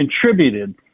contributed